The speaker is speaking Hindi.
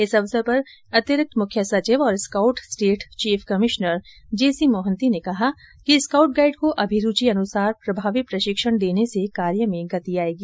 इस अवसर पर अतिरिक्त मुख्य सचिव और scout state chief commissioner J C Mohanty ने कहा कि स्काउट गाईड को अभिरूचि अनुसार प्रभावी प्रशिक्षण देने से कार्य में गति आयेगी